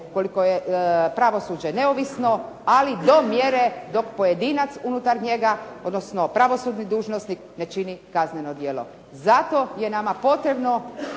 koliko je pravosuđe neovisno ali do mjere dok pojedinac unutar njega, odnosno pravosudni dužnosnik ne čini kazneno djelo. Zato je nama potrebno